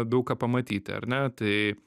daug ką pamatyti ar ne tai